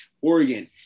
Oregon